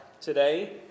today